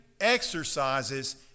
exercises